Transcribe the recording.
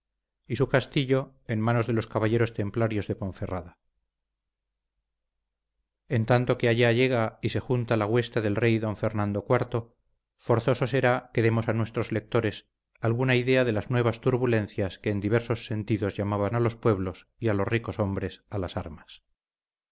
su castillo en manos de los caballeros templarios de ponferrada en tanto que allá llega y se junta la hueste del rey don fernando iv forzoso será que demos a nuestros lectores alguna idea de las nuevas turbulencias que en diversos sentidos llamaban a los pueblos y a los ricos hombres a las armas